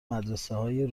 مدرسههای